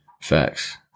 facts